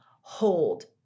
hold